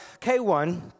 K1